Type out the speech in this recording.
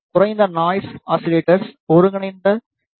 குறைந்த noise oscillators ஒருங்கிணைந்த L